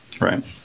Right